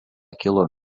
kilo